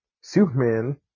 Superman